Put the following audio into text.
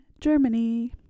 Germany